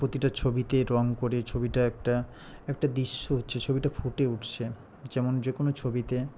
প্রতিটা ছবিতে রঙ করে ছবিটা একটা একটা দৃশ্য হচ্ছে ছবিটা ফুটে উঠছে যেমন যেকোনো ছবিতে